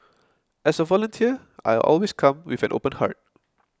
as a volunteer I always come with an open heart